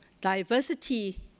diversity